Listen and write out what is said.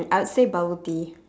I would say bubble tea